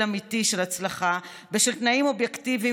אמיתי של הצלחה בשל תנאים אובייקטיביים,